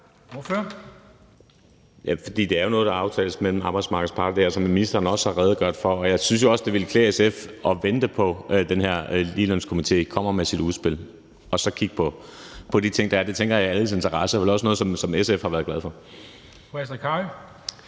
det er noget, der aftales mellem arbejdsmarkedets parter, som ministeren også har redegjort for. Jeg synes også, det ville klæde SF at vente på, at den her ligelønskomité kommer med sit udspil, og så kigge på det, de siger. Det tænker jeg er i alles interesse, og